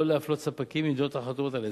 להפלות ספקים ממדינות החתומות על ההסכם,